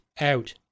out